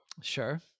Sure